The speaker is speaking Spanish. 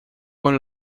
con